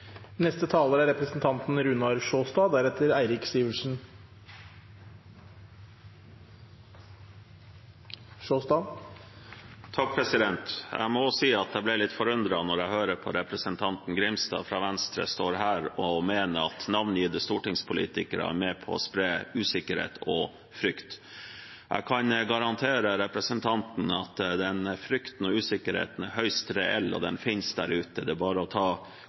Jeg må si at jeg ble litt forundret da jeg hørte representanten Grimstad fra Venstre stå her og mene at navngitte stortingspolitikere er med på å spre usikkerhet og frykt. Jeg kan garantere representanten at den frykten og usikkerheten er høyst reell, og den finnes der ute. Det er bare å ta